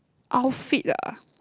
outfit ah